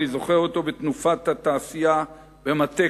אני זוכר אותו בתנופת התעשייה במטה